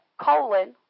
colon